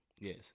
Yes